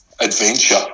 adventure